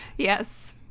Yes